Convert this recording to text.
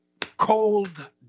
cold